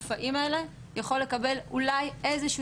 מענה כולל,